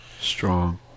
strong